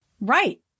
Right